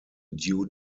due